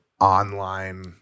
online